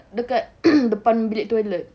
dekat depan bilik toilet